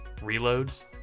reloads